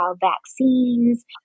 vaccines